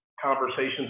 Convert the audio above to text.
conversations